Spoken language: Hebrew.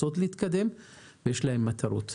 רוצות להתקדם ויש להן מטרות.